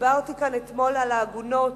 ודיברתי פה אתמול על העגונות,